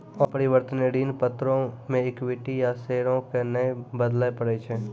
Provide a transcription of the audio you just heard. अपरिवर्तनीय ऋण पत्रो मे इक्विटी या शेयरो के नै बदलै पड़ै छै